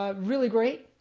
ah really great.